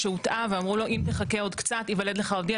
שהוטעה ואמרו לו אם תחכה עוד קצת ייוולד לך עוד ילד,